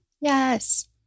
Yes